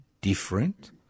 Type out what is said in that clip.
different